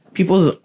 People's